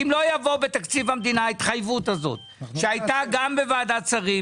אם לא יבוא בתקציב המדינה ההתחייבות הזאת שהייתה גם בוועדת שרים,